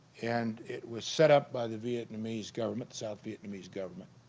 and it was set up by the vietnamese government south vietnamese government